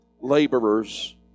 laborers